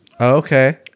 Okay